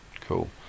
Cool